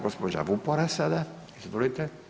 Gđa. Vupora sada, izvolite.